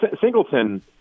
Singleton